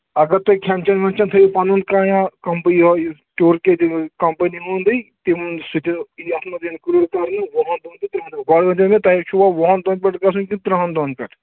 اگر تُہۍ کھٮ۪ن چٮ۪ن وٮ۪ن چٮ۪ن تھٲیِو پَنُن کانٛہہ یا کَمپیا یہٕے یہِ ٹوٗر کے دِم کَمپٔنی ہُنٛدٕے تِم سُہ تہِ یَتھ منٛز اِنکلوٗڈ کَرنہٕ وُہَن دۄہَن تہٕ تِمن دۄہَن گۄڈٕ ؤنۍ زیو مےٚ تۄہہِ چھُوا وُہَن دۄہَن پٮ۪ٹھ گژھُن کِنہٕ ترٛہَن دۄہَن پٮ۪ٹھ